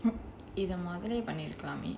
if the mother eh பண்ணிருக்கலாமே:pannirukalaamae